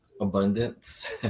abundance